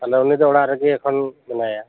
ᱟᱫᱚ ᱩᱱᱤᱫᱚ ᱚᱲᱟᱜ ᱨᱮᱜᱮ ᱮᱠᱷᱚᱱ ᱢᱮᱱᱟᱭᱟ